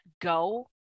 go